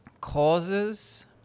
causes